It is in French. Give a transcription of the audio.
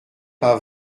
pas